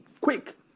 quick